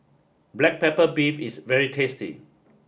black pepper beef is very tasty